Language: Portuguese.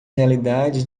realidade